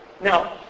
now